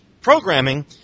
programming